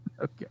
Okay